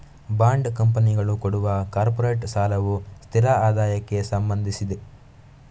bond ಕಂಪನಿಗಳು ಕೊಡುವ corporate ಸಾಲವು ಸ್ಥಿರ ಆದಾಯಕ್ಕೆ ಸಂಬಂಧಿಸಿದೆ